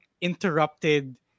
interrupted